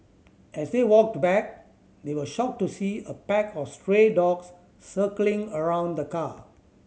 as they walked back they were shocked to see a pack of stray dogs circling around the car